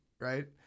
right